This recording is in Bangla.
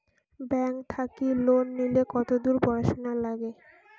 ব্যাংক থাকি লোন নিলে কতদূর পড়াশুনা নাগে?